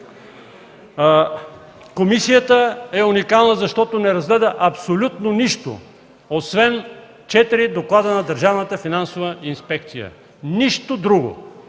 Комисията е уникална, защото не разгледа абсолютно нищо освен четири доклада на Държавната финансова инспекция, нищо друго!